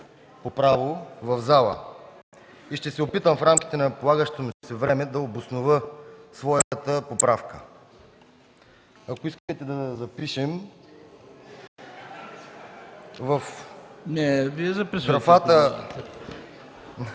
правилникът. Ще се опитам в рамките на полагащото ми се време да обоснова своята поправка. Ако искате да запишем в графа...